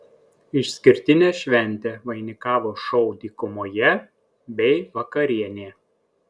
išskirtinę šventę vainikavo šou dykumoje bei vakarienė